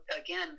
again